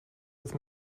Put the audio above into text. with